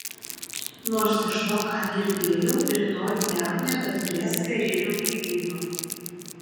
nors iš to ką girdėjau rytoj jav nebeturės karinio laivyno